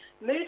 Mood